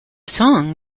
song